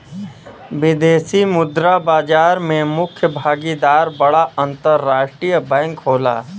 विदेशी मुद्रा बाजार में मुख्य भागीदार बड़ा अंतरराष्ट्रीय बैंक होला